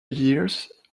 years